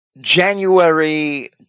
January